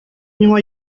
миңа